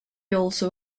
also